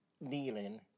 kneeling